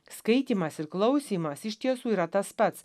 skaitymas ir klausymas iš tiesų yra tas pats